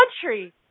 country